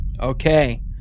okay